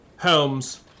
Holmes